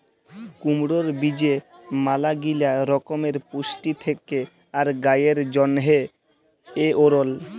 কুমড়র বীজে ম্যালাগিলা রকমের পুষ্টি থেক্যে আর গায়ের জন্হে এঔরল